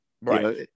Right